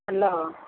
hello